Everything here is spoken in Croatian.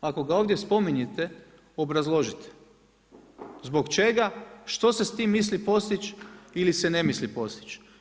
Ako ga ovdje spominjete obrazložite zbog čega, što se s tim misli postići ili se ne misli postići.